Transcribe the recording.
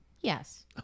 Yes